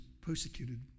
persecuted